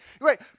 Right